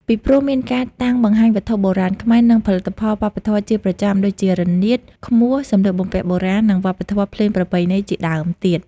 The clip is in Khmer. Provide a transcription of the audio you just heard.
ពីព្រោះមានការតាំងបង្ហាញវត្ថុបុរាណខ្មែរ និងផលិតផលវប្បធម៌ជាប្រចាំ ដូចជា រនាត ឃ្មោះ សម្លៀកបំពាក់បុរាណ និងឧបករណ៍ភ្លេងប្រពៃណីជាដើមទៀត។